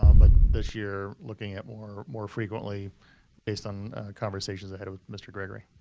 um but this year, looking at more more frequently based on conversations i had with mr. gregory.